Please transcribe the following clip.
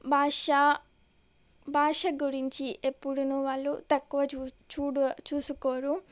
భాష భాష గురించి ఎప్పుడును వాళ్ళు తక్కువ చు చూడు చూసుకోరు